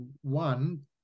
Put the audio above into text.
one